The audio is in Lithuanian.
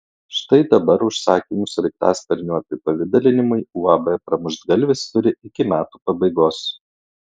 štai dabar užsakymų sraigtasparnių apipavidalinimui uab pramuštgalvis turi iki metų pabaigos